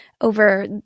over